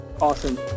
Awesome